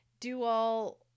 do-all